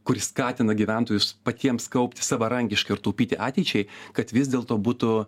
kuri skatina gyventojus patiems kaupti savarankiškai ir taupyti ateičiai kad vis dėlto būtų